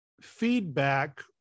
feedback